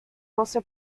also